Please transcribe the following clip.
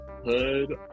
hood